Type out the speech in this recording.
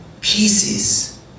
pieces